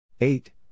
eight